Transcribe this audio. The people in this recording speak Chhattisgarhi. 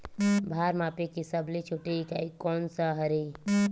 भार मापे के सबले छोटे इकाई कोन सा हरे?